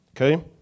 Okay